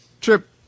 trip